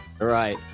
Right